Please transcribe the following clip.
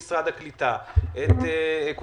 את משרד הקליטה,